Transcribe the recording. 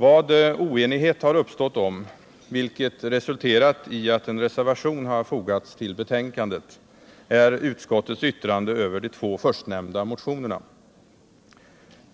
Vad oenighet har uppstått om, vilket resulterat i att en reservation har fogats vid betänkandet, är utskottets yttrande över de två förstnämnda motionerna.